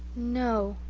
no,